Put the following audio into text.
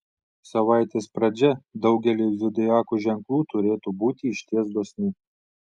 savaitės pradžia daugeliui zodiako ženklų turėtų būti išties dosni